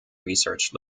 research